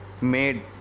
made